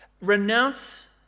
Renounce